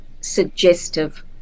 suggestive